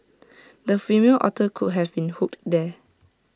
the female otter could have been hooked there